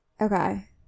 Okay